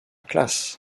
classe